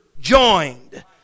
joined